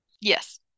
yes